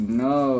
no